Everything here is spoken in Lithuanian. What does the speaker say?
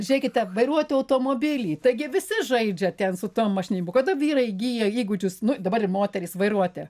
žiūrėkite vairuoti automobilį taigi visi žaidžia ten su tom mašin kada vyrai įgyja įgūdžius nu dabar i moterys vairuoti